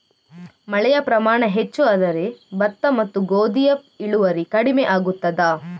ಮಳೆಯ ಪ್ರಮಾಣ ಹೆಚ್ಚು ಆದರೆ ಭತ್ತ ಮತ್ತು ಗೋಧಿಯ ಇಳುವರಿ ಕಡಿಮೆ ಆಗುತ್ತದಾ?